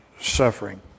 suffering